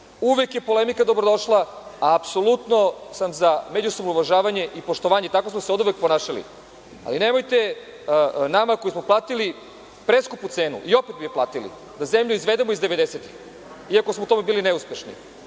je polemika dobrodošla, a apsolutno sam za međusobno uvažavanje i poštovanje, tako smo se oduvek ponašali. Ali, nemojte nama koji smo platili preskupu cenu, i opet bi platili, da zemlju izvedemo iz 90-ih, iako smo u tome bili neuspešni,